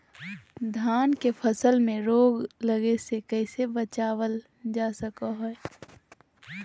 धान के फसल में रोग लगे से कैसे बचाबल जा सको हय?